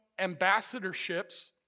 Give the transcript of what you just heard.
ambassadorships